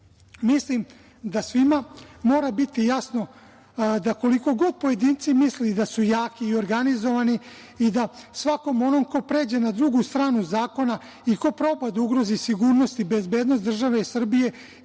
pobedu. Mislim da svima mora biti jasno da koliko god pojedinci mislili da su jaki i organizovani, da svakom onom ko pređe na drugu stranu zakona i ko proba da ugrozi sigurnost i bezbednost države Srbije